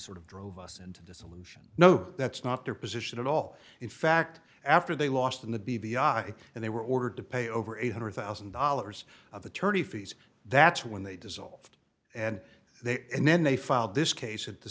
sort of drove us into the solution no that's not their position at all in fact after they lost in the b v i and they were ordered to pay over eight hundred thousand dollars of attorney fees that's when they did and they and then they filed this case at the